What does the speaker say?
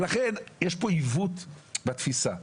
ולכן יש פה עיוות בתפיסה,